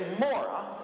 Mora